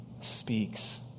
speaks